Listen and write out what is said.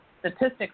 statistics